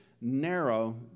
narrow